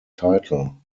title